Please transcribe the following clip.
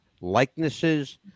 likenesses